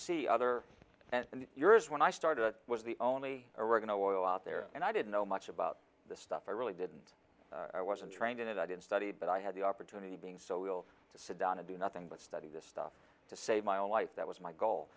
see other years when i started it was the only oregano oil out there and i didn't know much about the stuff i really didn't i wasn't trained in it i didn't study but i had the opportunity being so ill to sit down and do nothing but study this stuff to save my own life that was my goal